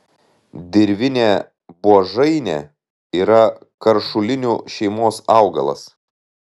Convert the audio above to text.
dirvinė buožainė yra karšulinių šeimos augalas